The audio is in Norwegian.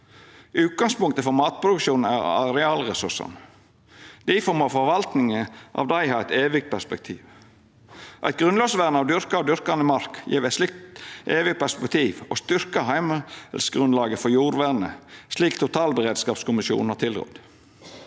Utgangspunktet for matproduksjonen er arealresursane. Difor må forvaltninga av dei ha eit evig perspektiv. Eit grunnlovsvern av dyrka og dyrkande mark gjev eit slikt evig perspektiv og styrkjer heimelsgrunnlaget for jordvernet, slik totalberedskapskommisjonen har tilrådd.